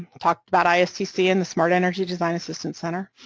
talk about istc in the smart energy design assistance center,